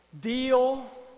deal